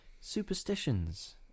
superstitions